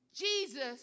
Jesus